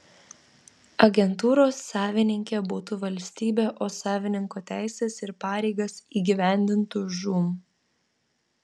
agentūros savininkė būtų valstybė o savininko teises ir pareigas įgyvendintų žūm